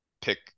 pick